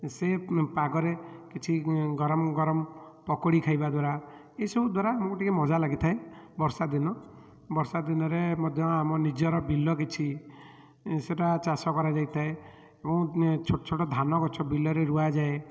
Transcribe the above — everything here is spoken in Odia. ସେ ପାଗରେ କିଛି ଗରମ ଗରମ ପକୁଡ଼ି ଖାଇବା ଦ୍ୱାରା ଏସବୁ ଦ୍ୱାରା ଆମକୁ ଟିକେ ମଜା ଲାଗିଥାଏ ବର୍ଷା ଦିନ ବର୍ଷା ଦିନରେ ମଧ୍ୟ ଆମ ନିଜର ବିଲ କିଛି ସେଟା ଚାଷ କରା ଯାଇଥାଏ ଏବଂ ଛୋଟ ଛୋଟ ଧାନ ଗଛ ବିଲରେ ରୁଆ ଯାଏ